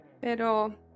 Pero